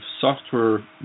software